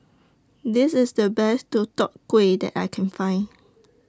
This IS The Best Deodeok Gui that I Can Find